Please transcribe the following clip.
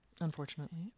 Unfortunately